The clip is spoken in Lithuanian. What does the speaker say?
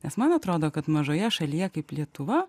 nes man atrodo kad mažoje šalyje kaip lietuva